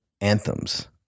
anthems